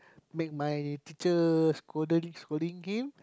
make my teacher scolded scolding him